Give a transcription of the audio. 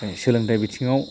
बे सोलोंथाय बिथिंआव